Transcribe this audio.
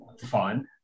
fun